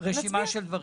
נצביע.